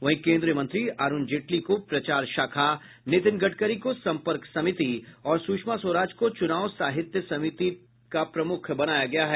वहीं केन्द्रीय मंत्री अरूण जेटली को प्रचार शाखा नितीन गडकरी को सम्पर्क समिति और सुषमा स्वराज को चुनाव साहित्य तैयार करने वाली समिति का प्रमुख बनाया गया है